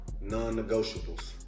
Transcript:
non-negotiables